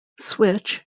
switch